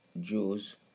Jews